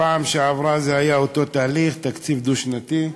פעם שעברה היה אותו תהליך, תקציב דו-שנתי.